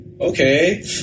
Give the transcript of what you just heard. Okay